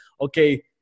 okay